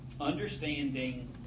Understanding